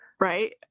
right